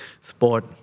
sport